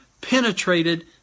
penetrated